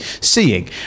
seeing